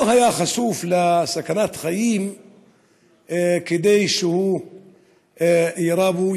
לא היה חשוף לסכנת חיים כדי שהוא יירה בו,